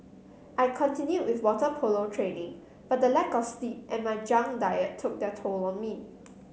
I continued with water polo training but the lack of sleep and my junk diet took their toll on me